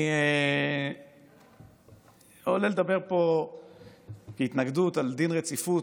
אני עולה לדבר פה על התנגדות לדין רציפות,